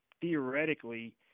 theoretically